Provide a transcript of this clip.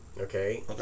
okay